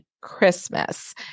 Christmas